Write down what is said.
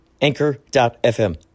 Anchor.fm